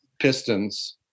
Pistons